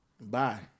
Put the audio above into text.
Bye